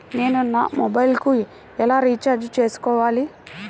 నేను నా మొబైల్కు ఎలా రీఛార్జ్ చేసుకోవాలి?